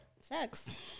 Sex